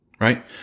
right